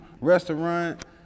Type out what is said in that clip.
restaurant